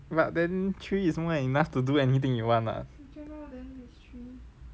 but then three is more than enough to do anything you want ah